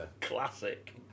Classic